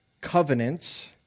covenants